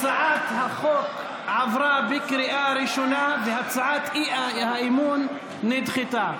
הצעת החוק עברה בקריאה ראשונה והצעת האי-אמון נדחתה.